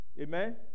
Amen